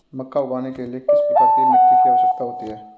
मक्का उगाने के लिए किस प्रकार की मिट्टी की आवश्यकता होती है?